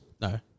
No